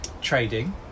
trading